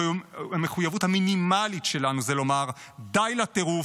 המחויבות המינימלית שלנו זה לומר: די לטירוף,